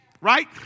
right